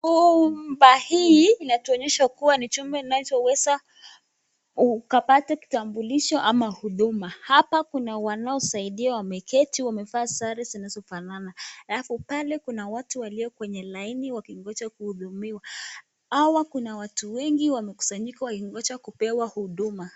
Nyumba hii inatuonyesha kuwa ni chumba anachoweza ukapata kitambulisho ama huduma. Hapa kuna wanaosaidia wamekati wamevaa sare zinazo fanana, alafu pale kuna watu waliokwenye laini wakingoja kuhudumiwa. Hawa kuna watu wengi wamekusanyika wakingoja kupewa huduma.